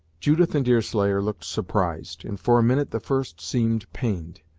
judith and deerslayer looked surprised, and for a minute the first seemed pained.